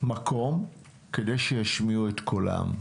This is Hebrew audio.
מקום כדי שישמיעו את קולם.